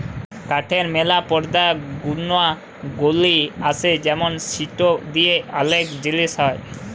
কাঠের ম্যালা পদার্থ গুনাগলি আসে যেমন সিটো দিয়ে ওলেক জিলিস হ্যয়